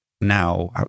now